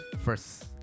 first